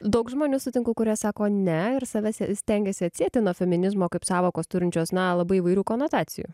daug žmonių sutinku kurie sako ne ir savę s stengiasi atsieti nuo feminizmo kaip sąvokos turinčios na labai įvairių konotacijų